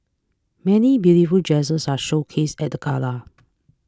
many beautiful dresses are showcased at the gala